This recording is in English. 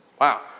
wow